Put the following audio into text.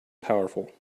powerful